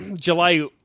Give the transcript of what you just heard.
July